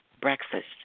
breakfast